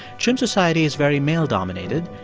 chimps society is very male dominated.